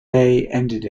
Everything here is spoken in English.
ended